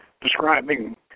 describing